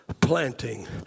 planting